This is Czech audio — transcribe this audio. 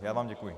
Já vám děkuji.